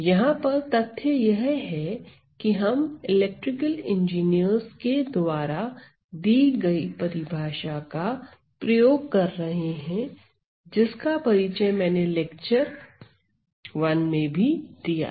यहां पर तथ्य यह है की हम इलेक्ट्रिकल इंजीनियर के द्वारा दी गई परिभाषा का प्रयोग कर रहे हैं जिसका परिचय मैंने लेक्चर 1 में भी दिया था